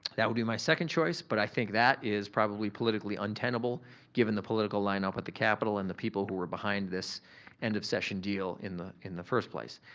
that would be my second choice but i think that is probably politically untenable given the political lineup at the capitol and the people who were behind this end of session deal in the in the first place.